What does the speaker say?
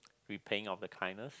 repaying of the kindness